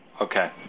Okay